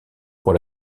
pour